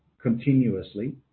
continuously